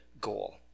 goal